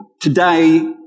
Today